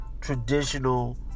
traditional